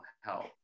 help